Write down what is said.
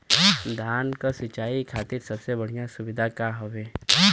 धान क सिंचाई खातिर सबसे बढ़ियां सुविधा का हवे?